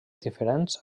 diferents